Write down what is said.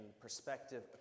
perspective